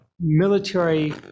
military